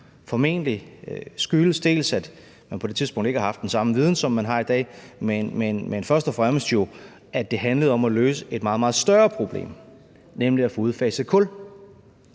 formentlig, fordi man på det tidspunkt ikke har haft den samme viden, som man har i dag, men først og fremmest har det været, fordi det handlede om at løse et meget, meget større problem, nemlig at få udfaset kul.